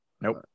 Nope